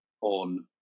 on